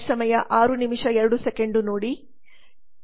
ಈಗ ಮಾರ್ಕೆಟಿಂಗ್ ನಿರ್ವಹಣೆ ಎಂದರೇನು